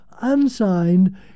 unsigned